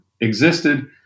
existed